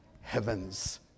heaven's